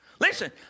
Listen